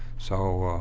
so,